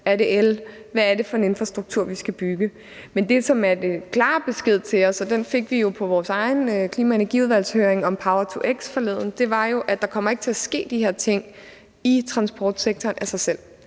er el, eller hvad det er for en infrastruktur, vi skal bygge. Men det, som er den klare besked til os, og den fik vi jo på vores egen klima- og energiudvalgshøring om power-to-x forleden, var, at de her ting ikke kommer til at ske af sig selv i transportsektoren. Det her